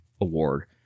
award